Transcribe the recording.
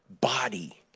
body